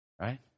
Right